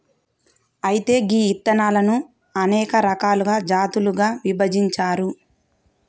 అయితే గీ ఇత్తనాలను అనేక రకాలుగా జాతులుగా విభజించారు